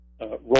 role